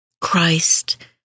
Christ